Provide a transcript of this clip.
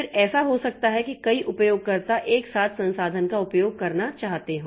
फिर ऐसा हो सकता है कि कई उपयोगकर्ता एक साथ संसाधन का उपयोग करना चाहते हों